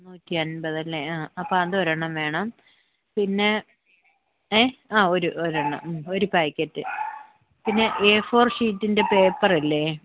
നൂറ്റിയൻപത് അല്ലേ ആ അപ്പം അതൊരെണ്ണം വേണം പിന്നെ ഏ ആ ഒരു ഒരെണ്ണം ഒരു പാക്കറ്റ് പിന്നെ എ ഫോർ ഷീറ്റിൻ്റെ പേപ്പർ ഇല്ലേ